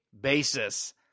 basis